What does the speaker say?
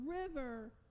river